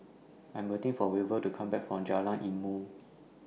I'm waiting For Weaver to Come Back from Jalan Ilmu